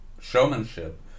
showmanship